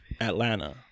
Atlanta